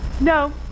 no